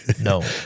No